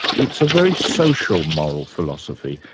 it's a very social moral philosophy.